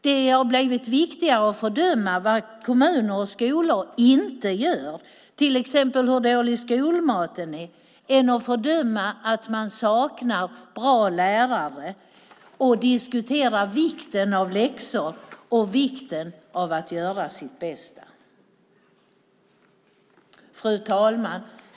Det har blivit viktigare att fördöma vad kommuner och skolor inte gör och till exempel hur dålig skolmaten är än att fördöma att man saknar bra lärare, diskutera vikten av läxor och vikten av att göra sitt bästa. Fru talman!